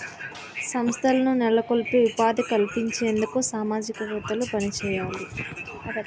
సంస్థలను నెలకొల్పి ఉపాధి కల్పించేందుకు సామాజికవేత్తలు పనిచేయాలి